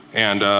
and